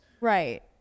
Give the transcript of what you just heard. Right